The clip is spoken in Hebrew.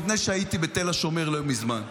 מפני שהייתי בתל השומר לא מזמן,